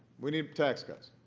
we need tax cuts.